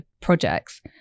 projects